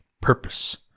Purpose